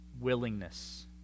Willingness